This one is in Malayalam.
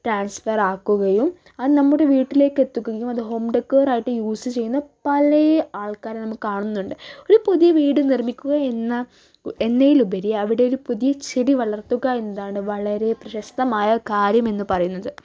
ട്രാൻസ്ഫർ ആക്കുകയും അത് നമ്മുടെ വീട്ടിലേക്കെത്തുകയും അതു ഹോം ഡെക്കറായിട്ടു യൂസ് ചെയ്യുന്ന പല ആൾക്കാരെ നമ്മൾ കാണുന്നുണ്ട് ഒരു പുതിയ വീട് നിർമ്മിക്കുകയെന്ന എന്നതിലുപരി അവിടെയൊരു പുതിയ ചെടി വളർത്തുക എന്നതാണ് വളരെ പ്രശസ്തമായ കാര്യമെന്നു പറയുന്നത്